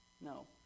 No